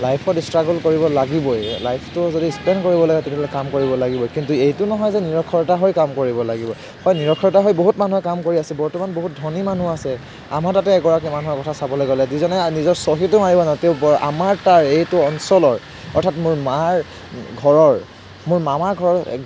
লাইফত ষ্ট্ৰাগল কৰিব লাগিবই লাইফটো যদি স্পেন্দ কৰিব লাগে তেতিয়াহ'লে কাম কৰিব লাগিবই কিন্তু এইটো নহয় যে নিৰক্ষৰতা হৈ কাম কৰিব লাগিব হয় নিৰক্ষৰতা হৈ বহুত মানুহে কাম কৰি আছে বৰ্তমান বহুত ধনী মানুহ আছে আমাৰ তাতে এগৰাকী মানুহৰ কথা চাবলৈ গ'লে যিজনে নিজৰ চহীটো মাৰিব নাজানে তেওঁ বৰ আমাৰ তাৰ এইটো অঞ্চলৰ অৰ্থাৎ মোৰ মাৰ ঘৰৰ মোৰ মামাৰ ঘৰৰ